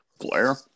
Blair